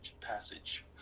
passage